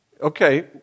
Okay